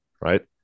right